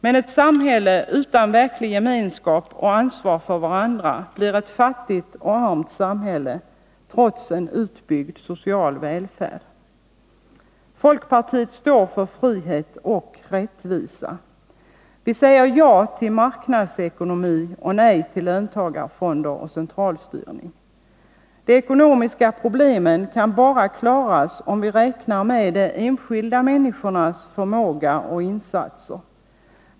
Men ett samhälle där medborgarna inte visar verklig gemenskap och verkligt ansvar för varandra blir ett fattigt och armt samhälle trots en utbyggd social välfärd. Folkpartiet står för frihet och rättvisa. Vi säger ja till marknadsekonomi, nej till löntagarfonder och centralstyrning. De ekonomiska problemen kan bara klaras om vi räknar med de enskilda människornas förmåga och insatser.